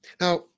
Now